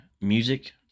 music